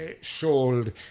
sold